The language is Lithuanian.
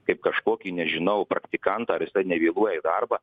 kaip kažkokį nežinau praktikantą ar jisai nevėluoja į darbą